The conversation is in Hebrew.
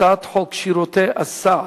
התשע"ב 2011,